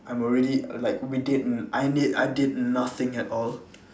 I'm already like we did I did I did nothing at all